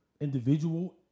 individual